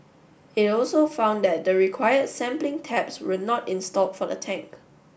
it also found that the required sampling taps were not installed for the tank